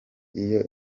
iyo